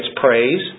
praise